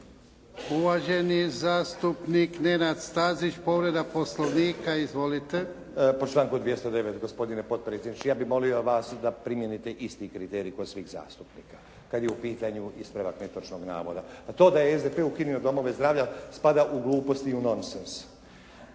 Uvaženi zastupnik Nenad Stazić, povreda Poslovnika. Izvolite. **Stazić, Nenad (SDP)** Po članku 209. gospodine potpredsjedniče, ja bih molio vas da primijenite isti kriterij kod svih zastupnika kad je u pitanju ispravak netočnog navoda. A to da je SDP ukinuo domove zdravlja spada u glupost i u non sens.